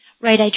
Right